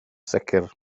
sicr